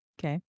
Okay